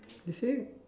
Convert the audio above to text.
is it